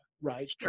right